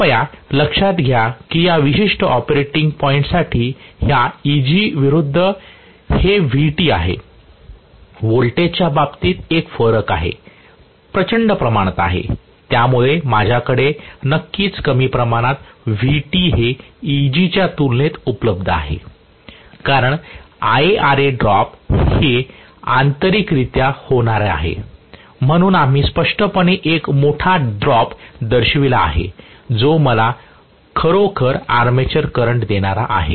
कृपया लक्षात घ्या की या विशिष्ट ऑपरेटिंग पॉईंटसाठी ह्या Eg विरूद्ध हे Vt आहे व्होल्टेजच्या बाबतीत एक फरक आहे प्रचंड प्रमाणात आहे त्यामुळे माझ्याकडे नक्कीच कमी प्रमाणात Vt हे Eg च्या तुलनेत उपलब्ध आहे कारण IaRa ड्रॉप ही आंतरिकरित्या होणारी आहे म्हणून आम्ही स्पष्टपणे एक मोठा ड्रॉप दर्शविला आहे जो मला खरोखर आर्मेचर करंट देणारा आहे